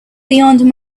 beyond